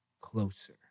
closer